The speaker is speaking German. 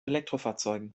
elektrofahrzeugen